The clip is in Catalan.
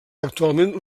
actualment